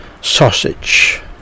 sausage